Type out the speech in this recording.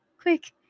Quick